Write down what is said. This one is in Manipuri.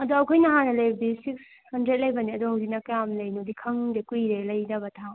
ꯑꯗꯣ ꯑꯩꯈꯣꯏꯅ ꯍꯥꯟꯅ ꯂꯩꯕꯗꯤ ꯁꯤꯛꯁ ꯍꯟꯗ꯭ꯔꯦꯗ ꯂꯩꯕꯅꯦ ꯑꯗꯣ ꯍꯧꯖꯤꯛꯅ ꯀꯌꯥꯝ ꯂꯩꯅꯣꯗꯤ ꯈꯪꯗꯦ ꯀꯨꯏꯔꯦ ꯂꯩꯗꯕ ꯊꯥ